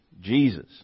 Jesus